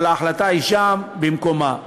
אבל ההחלטה היא שם, במקומה.